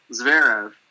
Zverev